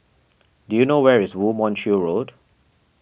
do you know where is Woo Mon Chew Road